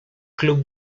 club